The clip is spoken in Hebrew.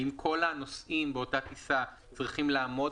האם כל הנוסעים באותה טיסה צריכים לעמוד